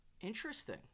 Interesting